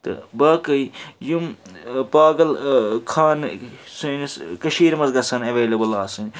تہٕ باقٕے یِم پاگل خانہٕ سٲنِس کٔشیٖرِ منٛز گژھن ایٚویلیبُل آسٕنۍ